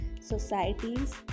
societies